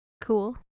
Cool